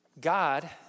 God